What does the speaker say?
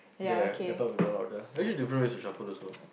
there we can talk with one order actually different ways to shuffle also